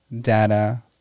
data